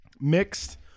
mixed